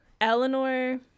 Eleanor